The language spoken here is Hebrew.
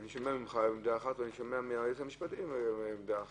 אני שומע ממך עמדה אחת ואני שומע מהייעוץ המשפטי עמדה אחרת.